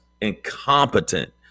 incompetent